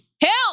help